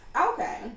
Okay